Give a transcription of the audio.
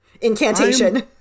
Incantation